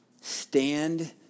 stand